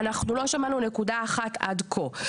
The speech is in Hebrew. אנחנו לא שמענו נקודה אחת עד כה.